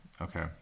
Okay